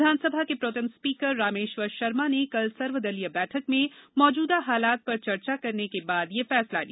विधानसभा के pro tem speaker Rameshwar Sharma ने कल सर्वदलीय बैठक में मौजूदा हालात पर चर्चा करने के बाद यह फैसला किया